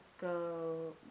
go